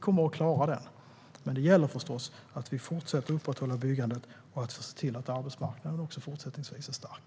Men det gäller förstås att vi fortsätter att upprätthålla byggandet och att vi ser till att arbetsmarknaden fortsättningsvis är stark.